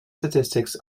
statistics